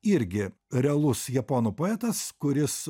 irgi realus japonų poetas kuris